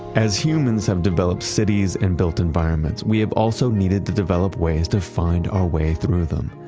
as humans have developed cities and built environments, we have also needed to develop ways to find our way through them.